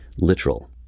literal